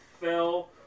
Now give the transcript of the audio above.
fell